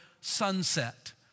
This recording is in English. sunset